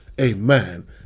amen